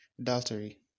adultery